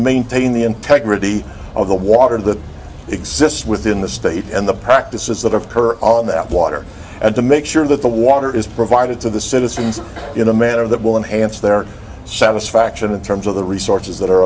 maintain the integrity of the water that exists within the state and the practices that have her on that water and to make sure that the water is provided to the citizens in a manner that will enhance their satisfaction in terms of the resources that are